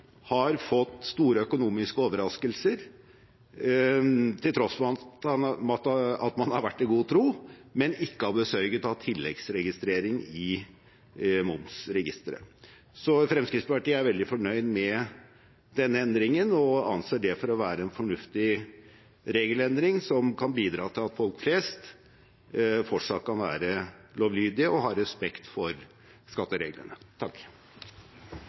har fått store økonomiske overraskelser, til tross for at man har vært i god tro, men ikke har besørget tilleggsregistrering i momsregisteret. Vi i Fremskrittspartiet er veldig fornøyd med denne endringen og anser det for å være en fornuftig regelendring, som kan bidra til at folk flest fortsatt kan være lovlydige og ha respekt for skattereglene.